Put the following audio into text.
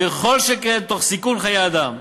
וכל שכן תוך סיכון חיי אדם.